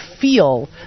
feel